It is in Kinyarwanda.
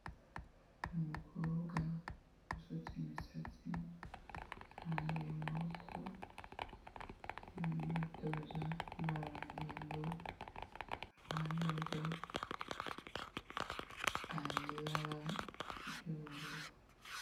Umukobwa usutse imisatsi, arambuye amaboko ari mu myitozo ngororangingo, iruhande rwe hari ibara ry'ubururu.